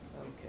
Okay